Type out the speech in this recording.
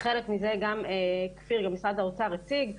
חלק מזה גם כפיר ממשרד האוצר הציג.